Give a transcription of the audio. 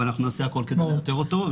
אבל אנחנו נעשה הכול כדי לאתר אותו,